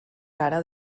cara